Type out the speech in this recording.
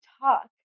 talk